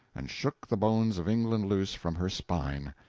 and shook the bones of england loose from her spine!